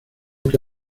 que